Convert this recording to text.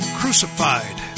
crucified